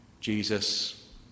Jesus